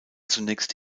zunächst